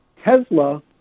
tesla